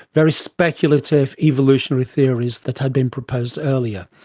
very speculative evolutionary theories that had been proposed earlier.